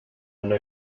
una